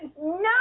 No